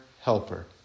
helper